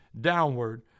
downward